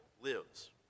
lives